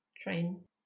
Train